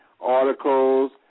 articles